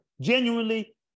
genuinely